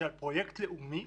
שעל פרויקט לאומי